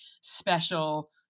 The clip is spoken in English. special